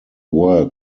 work